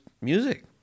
music